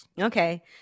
Okay